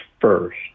first